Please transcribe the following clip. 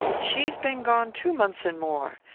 she's been gone two months and more.